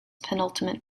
penultimate